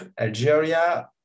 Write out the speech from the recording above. Algeria